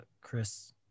chris